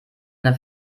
eine